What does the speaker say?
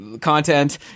content